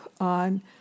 on